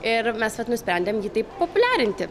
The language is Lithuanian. ir mes vat nusprendėm jį taip populiarinti